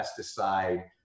pesticide